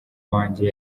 wanjye